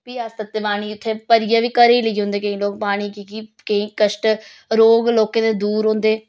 फ्ही अस तत्ते पानी उत्थें भरियै बी घरै लेई औंदे केईं लोग पानी की के केई कश्ट रोग लोकें दे दूर होंदे